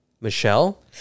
Michelle